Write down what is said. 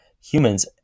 humans